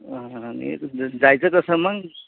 आणि जायचं कसं मग